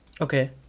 Okay